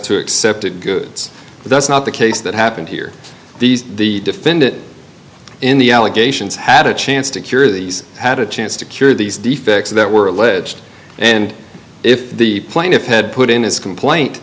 to accept it goods that's not the case that happened here these the defendant in the allegations had a chance to cure these had a chance to cure these defects that were alleged and if the plaintiff had put in his complaint